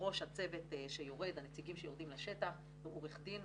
בראש צוות הנציגים שיורדים לשטח הוא עורך דין,